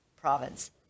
province